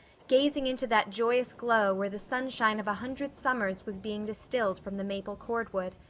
gazing into that joyous glow where the sunshine of a hundred summers was being distilled from the maple cordwood.